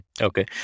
Okay